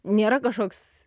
nėra kažkoks